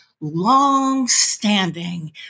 long-standing